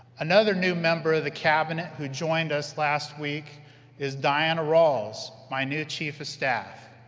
another new member of the cabinet who joined us last week is diana ralls, my new chief of staff.